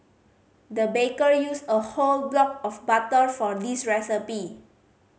the baker used a whole block of butter for this recipe